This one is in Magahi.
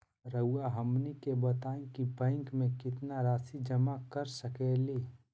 रहुआ हमनी के बताएं कि बैंक में कितना रासि जमा कर सके ली?